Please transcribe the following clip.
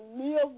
live